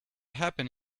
happen